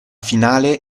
finale